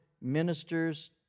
ministers